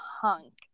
hunk